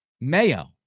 Mayo